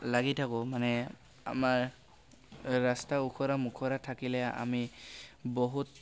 লাগি থাকো মানে আমাৰ ৰাস্তা ওখোৰা মোখোৰা থাকিলে আমি বহুত